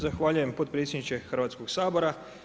Zahvaljujem potpredsjedniče Hrvatskog sabora.